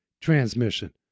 transmission